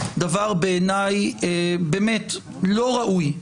דבר בעיניי לא ראוי.